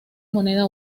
moneda